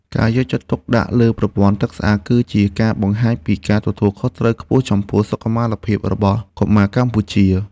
ការយកចិត្តទុកដាក់លើប្រព័ន្ធទឹកស្អាត គឺជាការបង្ហាញពីការទទួលខុសត្រូវខ្ពស់ចំពោះសុខុមាលភាពរបស់កុមារកម្ពុជា។